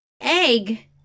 Egg